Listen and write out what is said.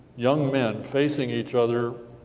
young men facing each other,